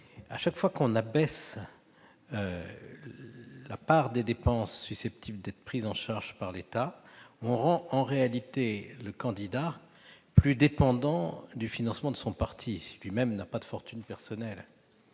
Chaque fois que l'on abaisse la part des dépenses susceptibles d'être prises en charge par l'État, on rend en réalité le candidat plus dépendant du financement de son parti, si lui-même n'a pas de fortune personnelle,